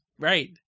Right